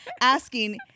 asking